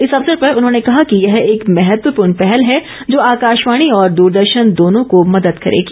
इस अवसर पर उन्होंने कहा कि यह एक महत्वपूर्ण पहल है जो आकाशवाणी और दूरदर्शन दोनों को मदद करेगी